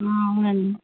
అవునండి